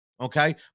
Okay